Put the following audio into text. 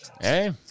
Hey